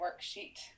worksheet